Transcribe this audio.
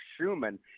Schumann